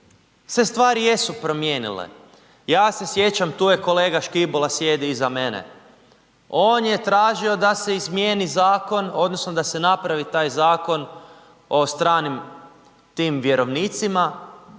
se stvari jesu promijenile. Ja se sjećam, tu je kolega Škibola sjedi iza mene, on je tražio da se izmjeni zakon odnosno da se napravi taj zakon o stranim tim vjerovnicima